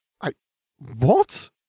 I—what